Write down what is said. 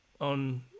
on